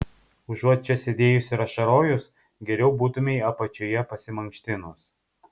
užuot čia sėdėjus ir ašarojus geriau būtumei apačioje pasimankštinus